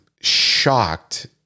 shocked